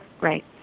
right